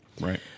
right